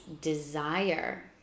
desire